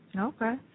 Okay